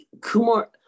Kumar